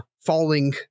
falling